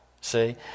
See